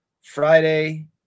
Friday